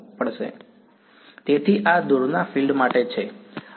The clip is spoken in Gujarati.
વિદ્યાર્થી તેથી આ દુરના ફિલ્ડ માટે છે